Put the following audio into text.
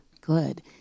Good